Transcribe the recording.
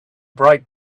bright